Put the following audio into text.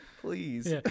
Please